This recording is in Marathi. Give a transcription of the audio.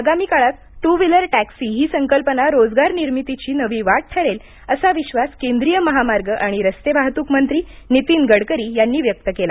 आगामी काळात टू व्हिलर टॅक्सीही संकल्पना रोजगार निर्मितीची नवीन वाट ठरेल असा विश्वास केंद्रीय महामार्ग आणि रस्ते वाहतूक मंत्री नितीन गडकरी यांनी व्यक्त केला